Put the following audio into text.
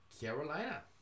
Carolina